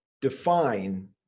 define